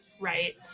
right